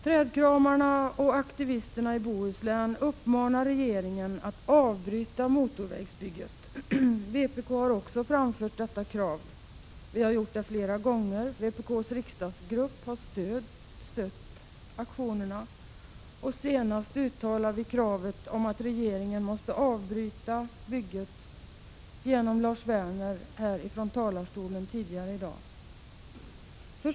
Trädkramarna och aktivisterna i Bohuslän uppmanar regeringen att avbryta motorvägsbygget. Vpk har också framfört detta krav vid flera tillfällen. Vpk:s riksdagsgrupp har stött aktionerna, och senast uttalade vi genom Lars Werners anförande här ifrån talarstolen tidigare i dag kravet på att regeringen måste avbryta bygget.